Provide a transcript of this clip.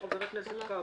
לא, לא, חבר איתן כבל.